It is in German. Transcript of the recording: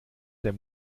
der